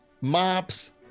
mops